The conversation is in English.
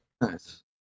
Nice